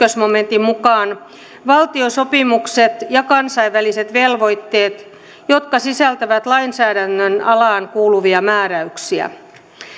momentin mukaan valtiosopimukset ja kansainväliset velvoitteet jotka sisältävät lainsäädännön alaan kuuluvia määräyksiä